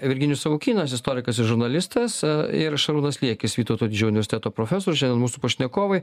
virginijus savukynas istorikas ir žurnalistas ir šarūnas liekis vytauto didžiojo universiteto profesorius šiandien mūsų pašnekovai